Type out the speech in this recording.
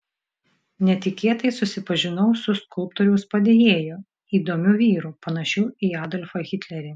netikėtai susipažinau su skulptoriaus padėjėju įdomiu vyru panašiu į adolfą hitlerį